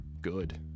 good